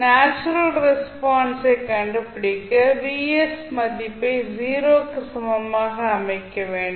natural ரெஸ்பான்ஸை கண்டுபிடிக்க Vs மதிப்பை 0 க்கு சமமாக அமைக்க வேண்டும்